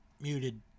muted